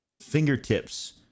fingertips